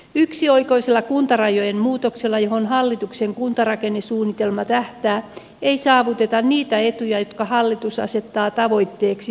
yksioikoisella kuntarajojen muutoksella johon hallituksen kuntarakennesuunnitelma tähtää ei saavuteta niitä etuja jotka hallitus asettaa tavoitteeksi omissa suunnitelmissaan